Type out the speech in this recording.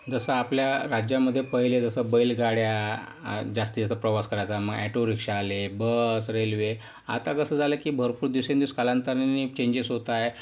जसं आपल्या राज्यामध्ये पहिले जसं बैलगाड्या जास्तीत जास्त प्रवास करायच्या मग ऑटोरिक्शा आले मग बस रेल्वे आता कसं झालंय की भरपूर दिवसेंदिवस कालांतराने चेंजेस होत आहे